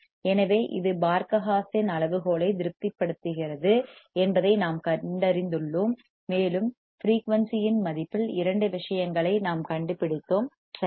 எனவே இது Barkhausen அளவுகோலை திருப்திப்படுத்துகிறது என்பதை நாம் கண்டறிந்துள்ளோம் மேலும் ஃபிரீயூன்சி இன் மதிப்பில் இரண்டு விஷயங்களை நாம் கண்டுபிடித்தோம் சரியா